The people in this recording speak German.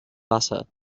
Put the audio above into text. wassern